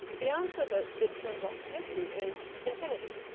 the answer that it turns up to give you is infinity.